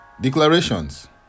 Declarations